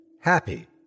happy